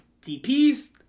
DPs